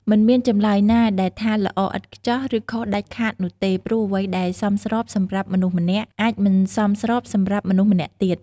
មិនមានចម្លើយណាដែលថាល្អឥតខ្ចោះ ឬខុសដាច់ខាតនោះទេ ព្រោះអ្វីដែលសមស្របសម្រាប់មនុស្សម្នាក់ អាចមិនសមស្របសម្រាប់មនុស្សម្នាក់ទៀត។